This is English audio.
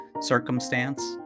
circumstance